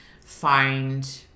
find